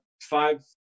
five